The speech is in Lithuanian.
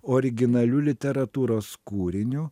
originaliu literatūros kūriniu